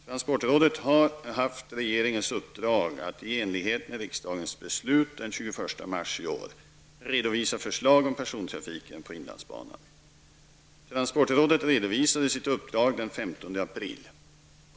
Transportrådet har haft regeringens uppdrag att, i enlighet med riksdagens beslut den 21 mars i år, redovisa förslag om persontrafiken på inlandsbanan. Transportrådet redovisade sitt uppdrag den 15 april.